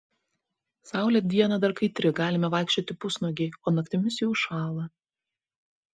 saulė dieną dar kaitri galime vaikščioti pusnuogiai o naktimis jau šąla